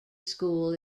school